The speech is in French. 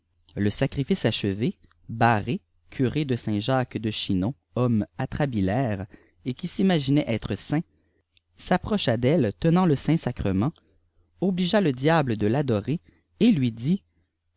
le sacrifice achevé barré curé de saint-jacques de chinon homme atrabilaire et qui s'imaginait être saint s'approcha d'elle tenant le saint-sacrement obligea le diable de l'adorer et lui dit